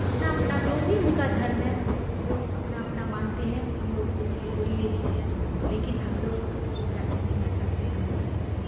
اپنا اپنا جو بھی ان کا دھرم ہے وہ اپنا اپنا مانتے ہیں ہم لوگ کو ان سے کوئی یہ نہیں ہیں لیکن ہم لوگ جو ہے اپنے مذہب پہ عمل کرتے ہیں